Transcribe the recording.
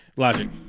Logic